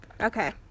Okay